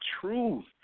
truth